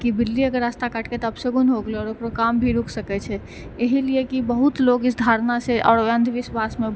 कि बिल्ली अगर रस्ता काटले तऽ अपसगुन हो गेले आओर काम भी रुकि सकै छै एहिलिए कि बहुत लोक इस धारणासँ आओर अन्धविश्वासमे